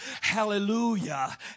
hallelujah